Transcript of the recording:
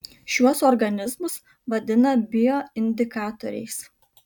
šiuos organizmus vadina bioindikatoriais